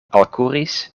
alkuris